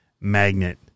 Magnet